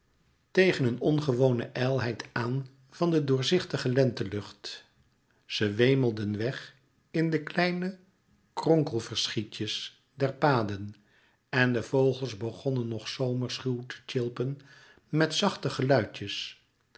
tegen een ongewone ijlheid aan van doorzichtige lentelucht ze wemelden weg in de kleine kronkelverschietjes der paden en de vogels begonnen nog zomerschuw te tjilpen met zachte geluidjes